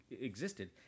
existed